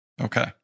Okay